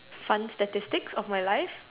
fun statistics of my life